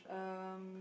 um